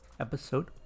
episode